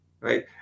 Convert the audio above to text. right